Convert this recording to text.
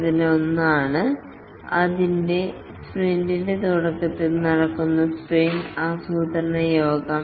അതിലൊന്നാണ് സ്പ്രിന്റിന്റെ തുടക്കത്തിൽ നടക്കുന്ന സ്പ്രിന്റ് ആസൂത്രണ യോഗം